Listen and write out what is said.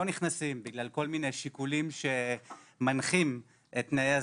נכנסים בגלל כל מיני שיקולים שמנחים את תנאי הזכאות,